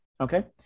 okay